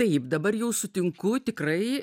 taip dabar jau sutinku tikrai